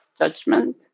judgment